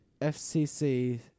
FCC